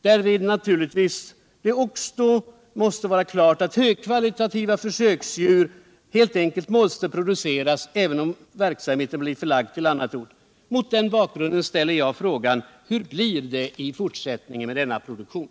Där måste det naturligtvis vara klart att högkvalitativa försöksdjur helt enkelt måste produceras även om verksamheten blir förlagd till annan ort. Mot denna bakgrund ställer jag frågan: Hur blir det i fortsättningen med denna produktion?